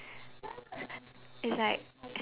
it's like